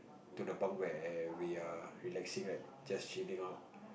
to the bunk where we are relaxing right just chilling out